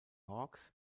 hawks